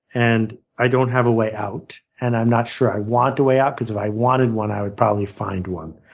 and i don't have a way out. and i'm not sure i want a way out, because if i wanted one, i would probably find one.